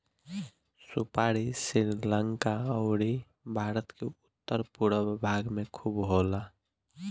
सुपारी श्रीलंका अउरी भारत के उत्तर पूरब भाग में खूब होला